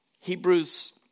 Hebrews